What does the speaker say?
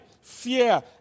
fear